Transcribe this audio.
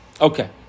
Okay